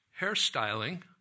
hairstyling